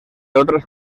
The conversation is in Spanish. otras